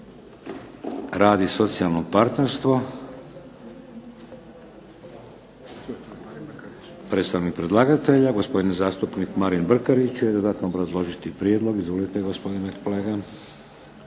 rad i socijalno partnerstvo. Predstavnik predlagatelja gospodin zastupnik Marin Brkarić će dodatno obrazložiti prijedlog. Izvolite gospodine.